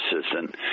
assistant